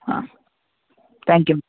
ಹಾಂ thank you